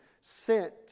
sent